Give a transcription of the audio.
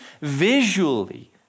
visually